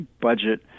budget